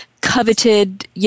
coveted